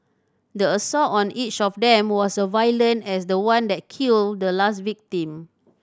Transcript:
the assault on each of them was a violent as the one that killed the last victim